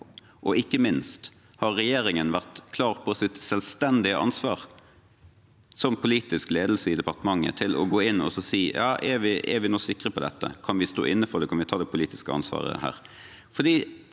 Og ikke minst, har regjeringen vært klar på sitt selvstendige ansvar som politisk ledelse i departementet til å gå inn og si: Er vi nå sikre på dette, kan vi stå inne for det, kan vi ta det politiske ansvaret her?